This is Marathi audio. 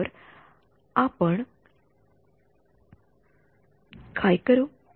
तर आता आपण काय करू